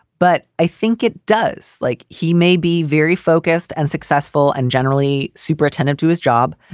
but i think it does. like, he may be very focused and successful and generally superintendent to his job,